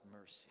mercy